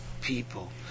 people